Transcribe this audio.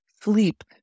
sleep